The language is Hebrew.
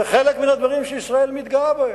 זה חלק מן הדברים שישראל מתגאה בהם.